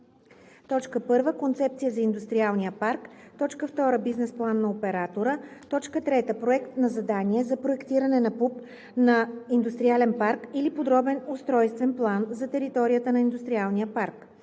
1. концепция за индустриалния парк; 2. бизнес план на оператора; 3. проект на задание за проектиране на ПУП на ИП или подробен устройствен план за територията на индустриалния парк;